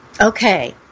Okay